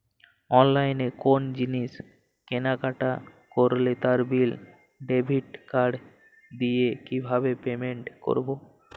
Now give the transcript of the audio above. অনলাইনে কোনো জিনিস কেনাকাটা করলে তার বিল ডেবিট কার্ড দিয়ে কিভাবে পেমেন্ট করবো?